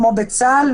כמו בצה"ל,